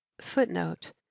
Footnote